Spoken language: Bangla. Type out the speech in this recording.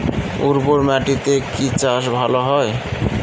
উর্বর মাটিতে কি চাষ ভালো হয়?